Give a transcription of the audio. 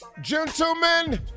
gentlemen